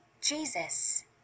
Jesus